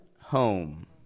home